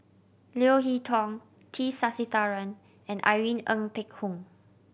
Leo Hee Tong T Sasitharan and Irene Ng Phek Hoong